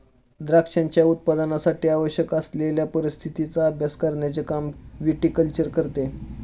द्राक्षांच्या उत्पादनासाठी आवश्यक असलेल्या परिस्थितीचा अभ्यास करण्याचे काम विटीकल्चर करते